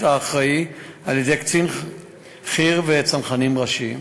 האחראי על-ידי קצין חי"ר וצנחנים ראשי.